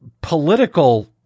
political